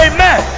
Amen